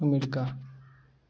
America